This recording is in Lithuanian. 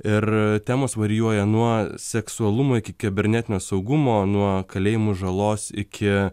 ir temos varijuoja nuo seksualumo iki kibernetinio saugumo nuo kalėjimų žalos iki